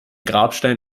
grabstein